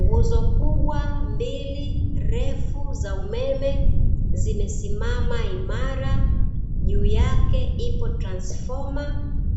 Nguzo kubwa mbili ndefu za umeme zimesimama imara, juu yake ipo transfoma